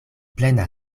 plena